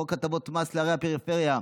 חוק הטבות מס לערי הפריפריה,